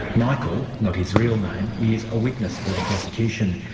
michael, not his real name, is a witness for the prosecution.